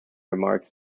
remarks